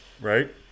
Right